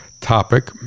topic